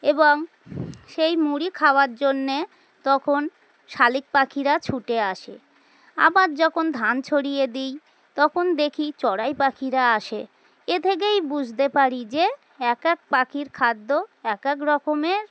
এবং সেই মুড়ি খাওয়ার জন্যে তখন শালিক পাখিরা ছুটে আসে আবার যখন ধান ছড়িয়ে দিই তখন দেখি চড়াই পাখিরা আসে এ থেকেই বুঝতে পারি যে এক এক পাখির খাদ্য এক এক রকমের